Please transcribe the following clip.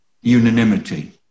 unanimity